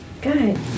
Good